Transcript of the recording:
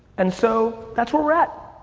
and so, that's where we're at.